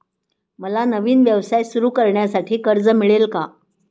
मला नवीन व्यवसाय सुरू करण्यासाठी कर्ज मिळेल का?